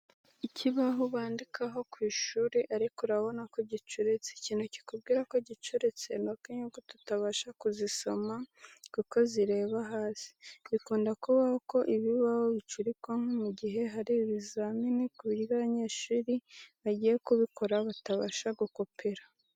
Ikibaho bandikaho ku ishuri ariko urabona ko gicuritse, ikintu kikubwira ko gicuritse ni uko inyuguti utabasha kuzisoma kuko zireba hasi. Bikunda kubaho ko ibibaho bicurikwa nko mu gihe hari ibizamini ku buryo abanyeshuri bagiye kubikora batabasha gukopera.